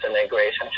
integration